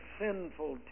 sinful